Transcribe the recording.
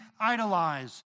idolize